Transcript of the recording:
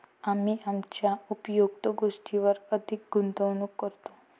आम्ही आमच्या उपयुक्त गोष्टींवर अधिक गुंतवणूक करतो